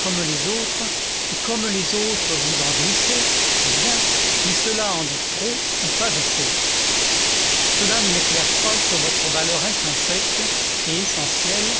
comme les autres et comme les autres vous en jouissez c'est bien mais cela en dit trop ou pas assez cela ne m'éclaire pas sur votre valeur intrinsèque et essentielle